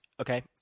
Okay